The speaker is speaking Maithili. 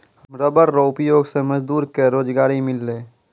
रबर रो उपयोग से मजदूर के रोजगारी मिललै